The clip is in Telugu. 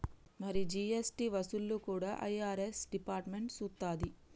మరి జీ.ఎస్.టి వసూళ్లు కూడా ఐ.ఆర్.ఎస్ డిపార్ట్మెంట్ సూత్తది